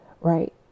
right